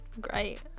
Great